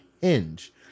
Hinge